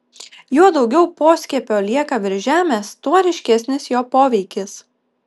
juo daugiau poskiepio lieka virš žemės tuo ryškesnis jo poveikis